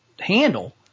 handle